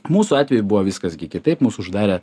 mūsų atveju buvo viskas gi kitaip mus uždarė